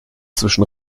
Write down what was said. zwischen